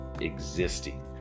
existing